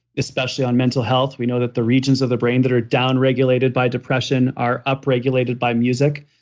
especially on mental health. we know that the regions of the brain that are downregulated by depression are upregulated by music,